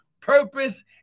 purpose